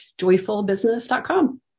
joyfulbusiness.com